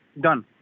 Done